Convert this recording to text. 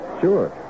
Sure